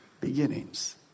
beginnings